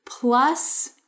plus